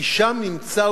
כי שם נמצא,